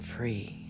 free